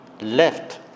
left